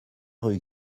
rue